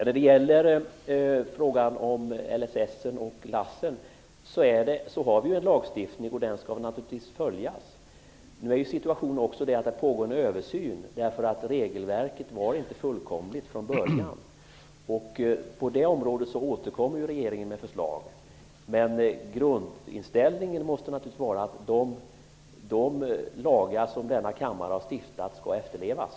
Herr talman! Lagstiftningen i LSS och LASS skall naturligtvis följas. Nu pågår det ju dessutom en översyn eftersom regelverket inte var fullkomligt från början. Regeringen återkommer med förslag på det området. Men grundinställningen måste naturligtvis vara att de lagar som denna kammare har stiftat skall efterlevas.